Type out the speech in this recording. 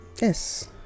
Yes